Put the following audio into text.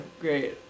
great